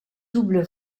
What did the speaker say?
double